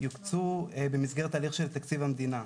יוקצו במסגרת הליך של תקציב המדינה.